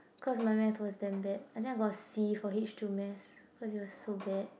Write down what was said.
cause my math was damn bad and then I got C for H two math cause it was so bad